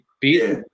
beat